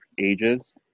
ages